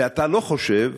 ואתה לא חושב